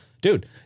Dude